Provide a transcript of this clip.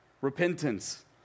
Repentance